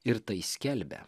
ir tai skelbia